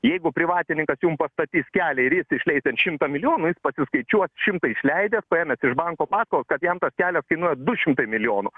jeigu privatininkas jums pastatys kelią ir jis išleist ten šimtą milijonų jis pasiskaičiuos šimtą išleidęs paėmęs iš banko paskolą kad jam tas kelias kainuoja du šimtai milijonų